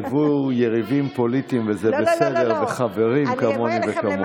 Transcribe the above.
יריבים פוליטיים, וזה בסדר, וחברים כמוני וכמוך.